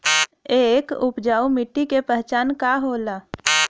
एक उपजाऊ मिट्टी के पहचान का होला?